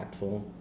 impactful